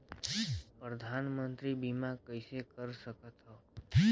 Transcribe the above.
परधानमंतरी बीमा कइसे कर सकथव?